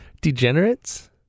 Degenerates